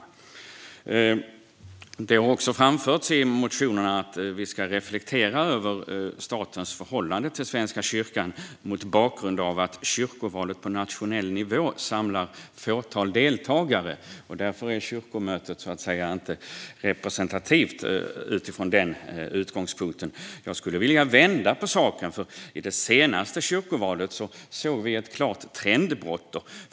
I motionerna har också framförts att vi ska reflektera över statens förhållande till Svenska kyrkan, mot bakgrund av att kyrkovalet på nationell nivå samlar ett fåtal deltagare och att kyrkomötet utifrån den utgångspunkten därför inte är representativt. Jag skulle vilja vända på saken. I det senaste kyrkovalet såg vi ett klart trendbrott.